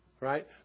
right